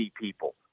people